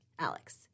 Alex